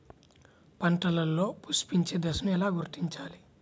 పంటలలో పుష్పించే దశను ఎలా గుర్తించాలి?